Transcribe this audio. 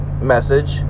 message